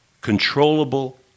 controllable